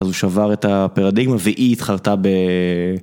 אז הוא שבר את הפרדיגמה והיא התחלתה ב...